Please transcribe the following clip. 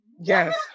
Yes